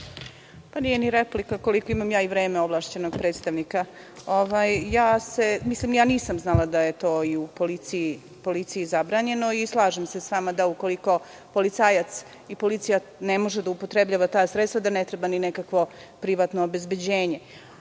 Nije ni replika, koliko imam ja i vreme ovlašćenog predstavnika. Nisam znala da je to policiji zabranjeno i slažem se sa vama da, ukoliko policajac i policija ne može da upotrebljava ta sredstva, ne treba ni nekakvo privatno obezbeđenje. Ono